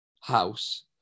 house